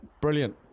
brilliant